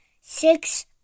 six